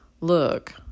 look